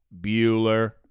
Bueller